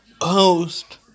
host